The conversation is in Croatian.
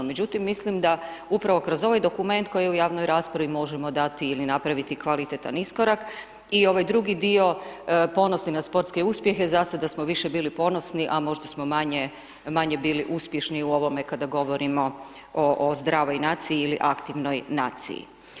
Međutim, mislim da upravo kroz ovaj dokument koji u javnoj raspravi možemo dati ili napraviti kvalitetan iskorak i ovaj drugi dio ponosni na sportske uspjehe, zasad smo više bili ponosi, a možda smo manje bili uspješni u ovome kada govorimo o zdravoj naciji ili aktivnoj naciji.